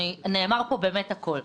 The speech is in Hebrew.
נאמר פה באמת הכל.